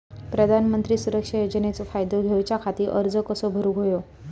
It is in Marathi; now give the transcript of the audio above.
प्रधानमंत्री सुरक्षा योजनेचो फायदो घेऊच्या खाती अर्ज कसो भरुक होयो?